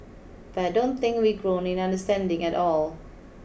but I don't think we've grown in understanding at all